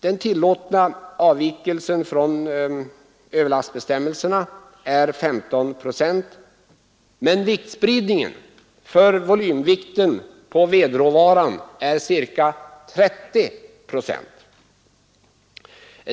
Den tillåtna avvikelsen från överlastbestämmelserna är 15 procent, men viktspridningen för volymvikten på vedråvaran är ca 30 procent.